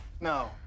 No